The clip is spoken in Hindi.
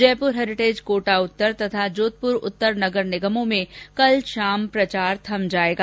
जयपुर हैरीटेज कोटा उत्तर तथा जोधपुर उत्तर नगर निगमों में कल शाम प्रचार थम जायेगा